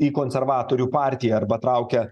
į konservatorių partiją arba traukia